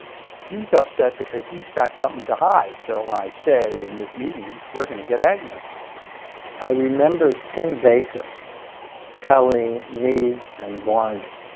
he's upset because he's got something to hide. so i say in this meeting, we're going to get agnew i remember tim baker telling me and barney,